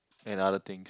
another thing